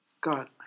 God